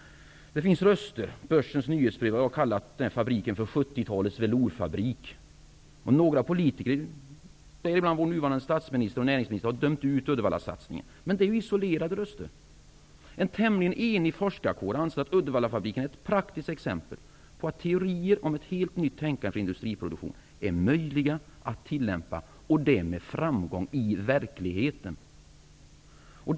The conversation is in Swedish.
Den har kallats 70-talets velourfabrik. Några politiker, däribland vår nuvarande statsminister och näringsminister, har dömt ut Uddevallasatsningen. Men det är isolerade röster. En tämligen enig forskarkår anser att Uddevallafabriken är ett praktiskt exempel på att teorier om ett helt nytt tänkande för industriproduktion är möjliga att tillämpa, och det med framgång, i verkligheten.